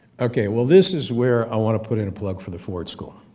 okay, well this is where i want to put in a plug for the ford school.